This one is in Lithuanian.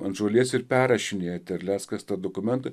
ant žolės ir perrašinėja terleckas tą dokumentą